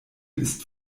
ist